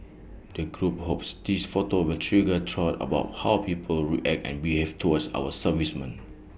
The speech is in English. the group hopes these photos will trigger thought about how people react and behave toward our servicemen